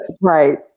Right